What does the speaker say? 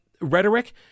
rhetoric